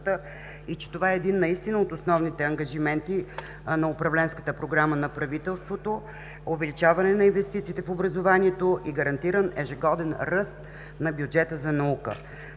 Това е наистина един от основните ангажименти на управленската програма на правителството – увеличаване на инвестициите в образованието и гарантиран ежегоден ръст на бюджета за наука.